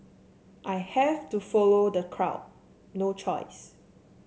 I have to follow the crowd no choice